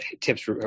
tips